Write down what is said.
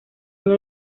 año